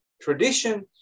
tradition